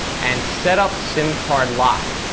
and set up sim card lock.